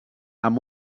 amb